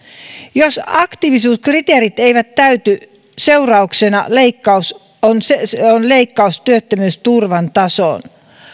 jos aktiivisuuskriteerit eivät täyty seurauksena on leikkaus työttömyysturvan tasoon